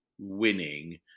winning